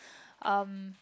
um